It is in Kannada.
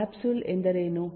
ಕ್ಯಾಪ್ಸುಲ್ ಎಂದರೇನು